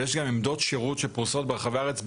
יש גם עמדות שירות שפרוסות ברחבי הארץ,